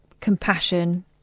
compassion